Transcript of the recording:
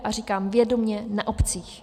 A říkám vědomě na obcích.